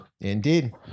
Indeed